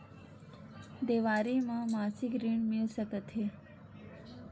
देवारी म मासिक ऋण मिल सकत हे?